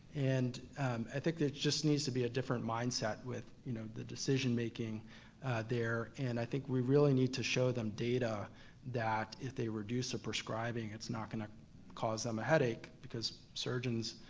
and i think there just needs to be a different mindset with you know the decision making there, and i think we really need to show them data that if they reduce the prescribing, it's not gonna cause them a headache, because surgeons,